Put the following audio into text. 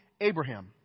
Abraham